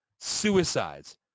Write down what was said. suicides